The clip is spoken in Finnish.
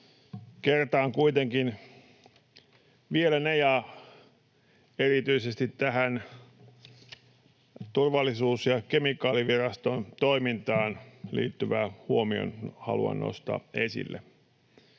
Kertaan ne kuitenkin vielä, ja erityisesti tämän Turvallisuus‑ ja kemikaaliviraston toimintaan liittyvän huomion haluan nostaa esille.